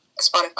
Spotify